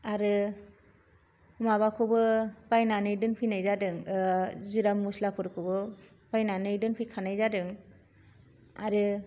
आरो माबाखौबो बायनानै दोनफैनाय जादों जिरा मस्लाफोरखौबो बायनानै दोनफैखानाय जादों आरो